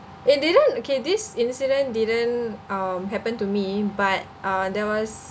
it didn't okay this incident didn't um happen to me but uh there was